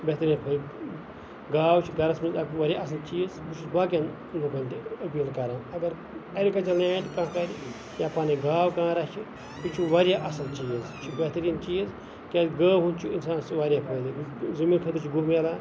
بہتریٖن فٲیدٕ گاو چھِ گَرَس مَنٛز اَکھ واریاہ اَصٕل چیٖز بہٕ چھُس باقیَن لُکَن تہِ اپیٖل کَران اگَر ایٚگرِکَلچَر لینٛڈ کانٛہہ کَرِ یا پَنٕنۍ گاو کانٛہہ رَچھِ یہِ چھُ واریاہ اَصٕل چیٖز یہِ چھُ بہتریٖن چیٖز کیازِ گٲو ہُنٛد چھُ اِنسانَس واریاہ فٲدٕ زٔمیٖن خٲطرٕ چھُ گُہہ ملان